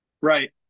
Right